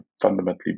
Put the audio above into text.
fundamentally